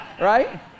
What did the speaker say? right